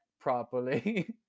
properly